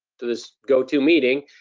to this go to meeting,